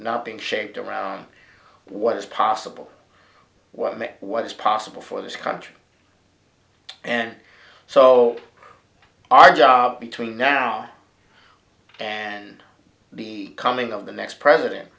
not being shaped around what is possible what makes what is possible for this country and so our job between now and the coming of the next president